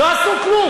לא עשו כלום.